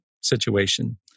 situation